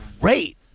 great